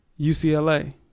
UCLA